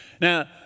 Now